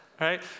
right